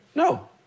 No